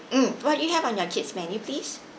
mm what do you have on your kid's menu please